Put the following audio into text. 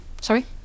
Sorry